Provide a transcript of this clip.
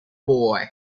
boy